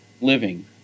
living